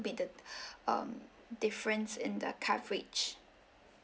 be the um difference in the coverage